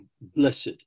blessed